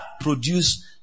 produce